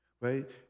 Right